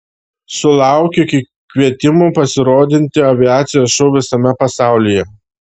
sulaukiu kvietimų pasirodyti aviacijos šou visame pasaulyje